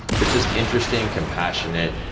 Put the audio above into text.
but just interesting, compassionate,